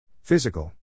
Physical